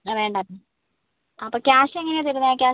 വേണ്ടാലേ അപ്പോൾ ക്യാഷ് എങ്ങനെ തരുന്നത് ക്യാഷ്